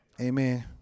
Amen